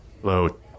Hello